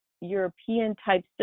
European-type